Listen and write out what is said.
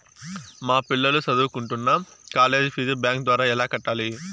మా పిల్లలు సదువుకుంటున్న కాలేజీ ఫీజు బ్యాంకు ద్వారా ఎలా కట్టాలి?